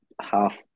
half